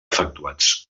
efectuats